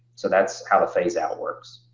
so that's how the phase-out works.